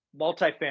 multifamily